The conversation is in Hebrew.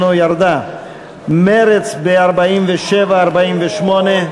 לסעיף 08,